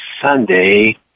Sunday